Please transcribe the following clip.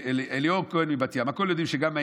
אליאור כהן מבת ים: הכול יודעים שגם אם